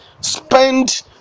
spend